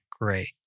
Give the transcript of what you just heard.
great